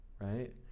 Right